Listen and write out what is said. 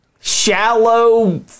shallow